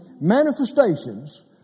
manifestations